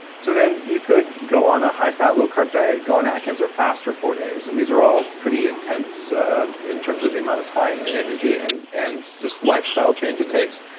so then you could go on a high fat low carb diet, go on atkins, or fast for four days, and these are all pretty intense ah in terms of the amount of time and energy and and just lifestyle change it takes,